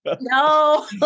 No